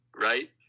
right